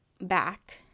back